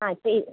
ആ ചെയ്